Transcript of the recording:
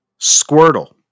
Squirtle